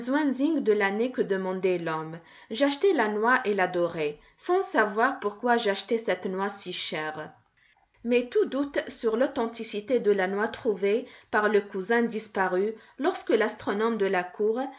de l'année que demandait l'homme j'achetai la noix et la dorai sans savoir pourquoi j'achetais cette noix si cher mais tout doute sur l'authenticité de la noix trouvée par le cousin disparut lorsque l'astronome de la cour